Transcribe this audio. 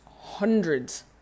hundreds